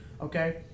Okay